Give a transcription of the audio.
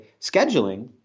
scheduling